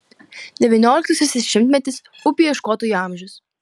devynioliktasis šimtmetis upių ieškotojų amžius